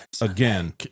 again